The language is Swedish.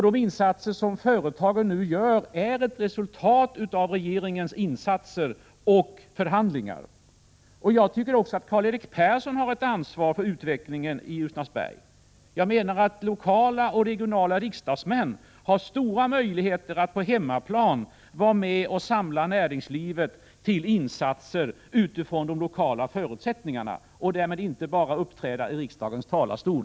De insatser som företagen nu gör är ett resultat av regeringens insatser och förhandlingar. Jag tycker att också Karl-Erik Persson har ett ansvar för utvecklingen i Ljusnarsberg. Lokala och regionala riksdagsmän har ju stora möjligheter att på hemmaplan vara med och samla näringslivet till insatser utifrån de lokala förutsättningarna. Det gäller alltså att inte bara uppträda i riksdagens talarstol.